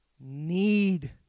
need